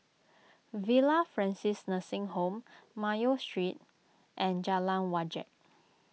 Villa Francis Nursing Home Mayo Street and Jalan Wajek